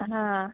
हां